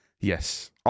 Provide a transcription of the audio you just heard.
Yes